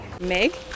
Meg